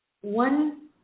one